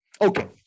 Okay